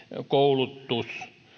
koulutus